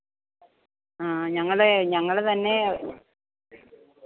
ഞങ്ങളെ ഞങ്ങൾ തന്നെ